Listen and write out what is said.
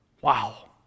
Wow